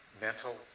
mental